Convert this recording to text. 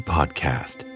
Podcast